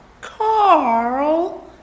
Carl